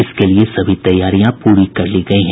इसके लिये सभी तैयारियां पूरी कर ली गयी हैं